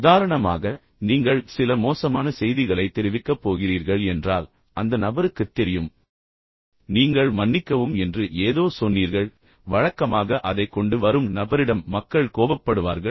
உதாரணமாக நீங்கள் சில மோசமான செய்திகளை தெரிவிக்கப் போகிறீர்கள் என்றால் அந்த நபருக்குத் தெரியும் நீங்கள் மன்னிக்கவும் என்று ஏதோ சொன்னீர்கள் என்று அந்த நபருக்குத் தெரியும் வழக்கமாக அதை கொண்டு வரும் நபரிடம் மக்கள் கோபப்படுவார்கள்